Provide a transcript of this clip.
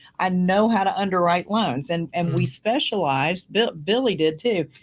i know how to underwrite loans and and we specialized, billy billy did too.